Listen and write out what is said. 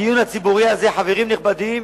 הדיון הציבורי הזה, חברים נכבדים,